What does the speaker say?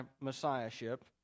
messiahship